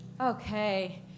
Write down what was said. Okay